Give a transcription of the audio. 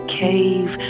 cave